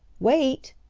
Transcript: wait!